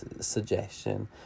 suggestion